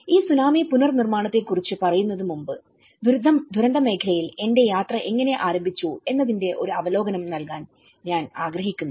ഈ സുനാമി പുനർനിർമ്മാണത്തെക്കുറിച്ച് പറയുന്നതിന് മുമ്പ് ദുരന്തമേഖലയിൽ എന്റെ യാത്ര എങ്ങനെ ആരംഭിച്ചു എന്നതിന്റെ ഒരു അവലോകനം നൽകാൻ ഞാൻ ആഗ്രഹിക്കുന്നു